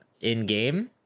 in-game